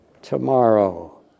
tomorrow